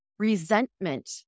resentment